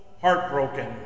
heartbroken